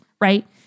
right